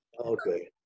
okay